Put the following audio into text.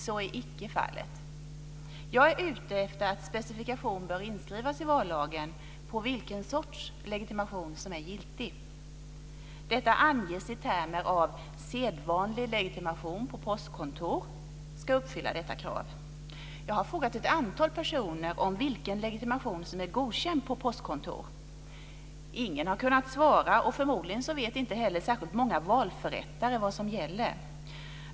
Så är icke fallet. Jag är ute efter att specifikation bör inskrivas i vallagen på vilken sorts legitimation som är giltig. Detta anges i termer av att "sedvanlig legitimation på postkontor" ska uppfylla detta krav. Jag har frågat ett antal personer om de vet vilken legitimation som är godkänd på postkontor. Ingen har kunnat svara, och förmodligen vet inte heller särskilt många valförrättare vad som gäller.